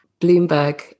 Bloomberg